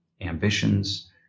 ambitions